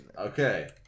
okay